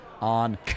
on